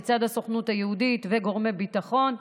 לצד הסוכנות היהודית וגורמי ביטחון.